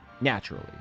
naturally